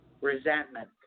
Resentment